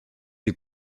des